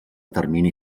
termini